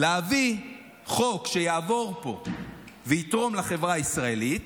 להביא חוק שיעבור פה ויתרום לחברה הישראלית,